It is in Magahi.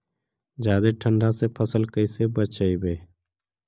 जादे ठंडा से फसल कैसे बचइबै?